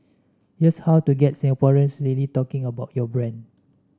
here's how to get Singaporeans really talking about your brand